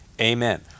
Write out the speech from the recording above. amen